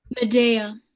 Medea